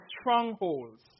strongholds